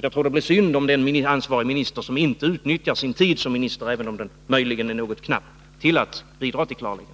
Jag tror att det blir synd om den ansvarige minister som inte utnyttjar sin tid som minister, även om den möjligen är något knapp, till att bidra till klarheten,